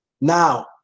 Now